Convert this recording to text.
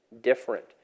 different